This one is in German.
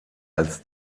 als